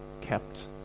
kept